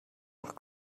doch